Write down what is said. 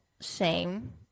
shame